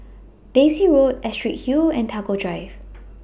Daisy Road Astrid Hill and Tagore Drive